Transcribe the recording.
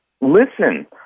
Listen